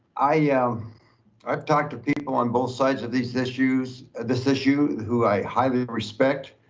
i, yeah i've talked to people on both sides of these issues, this issue who i highly respect.